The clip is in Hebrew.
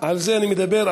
על זה אני מדבר,